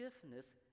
forgiveness